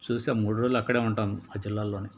చూస్తె మూడు రోజులు అక్కడే ఉంటాం ఆ జిల్లాల్లోనే